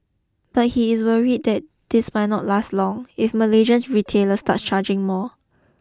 but he is worried that this might not last long if Malaysian retailers start charging more